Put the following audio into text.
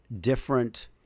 different